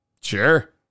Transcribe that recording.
Sure